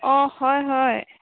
অঁ হয় হয়